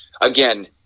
Again